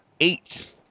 eight